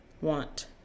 want